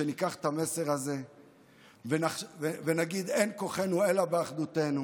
שניקח את המסר הזה ונגיד: אין כוחנו אלא באחדותנו.